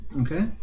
Okay